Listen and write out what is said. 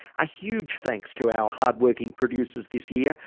a huge thanks to our hard working producers this year,